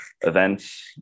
Events